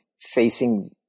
facing